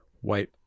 white